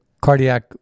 cardiac